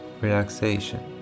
relaxation